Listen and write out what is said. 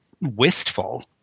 wistful